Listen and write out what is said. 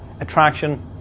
attraction